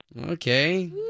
Okay